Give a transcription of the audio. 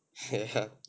ya